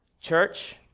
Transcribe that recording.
Church